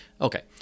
Okay